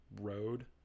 road